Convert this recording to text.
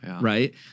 right